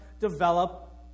develop